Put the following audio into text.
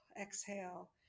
exhale